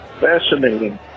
Fascinating